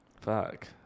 Fuck